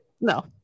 No